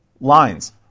lines